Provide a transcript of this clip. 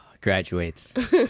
Graduates